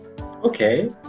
Okay